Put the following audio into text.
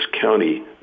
county